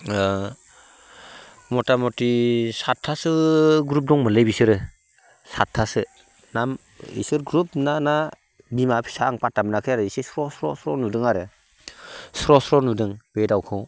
ओ मथामथि सातथासो ग्रुप दंमोनलै बिसोरो सातथासो इसोर ग्रुप ना बिमा फिसा आं फादथा मोनाखैआरो इसे स्र' स्र' नुदों आरो स्र' स्र' नुदों बे दाउखौ